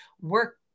work